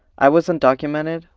i was undocumented,